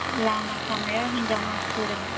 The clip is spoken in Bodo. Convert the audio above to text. लामा सामायाव हिन्जाव मानसिफोरा